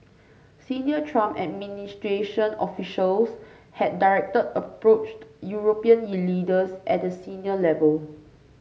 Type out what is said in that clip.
Senior Trump administration officials had directly approached European leaders at a senior level